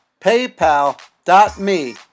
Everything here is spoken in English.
paypal.me